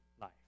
life